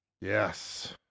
Yes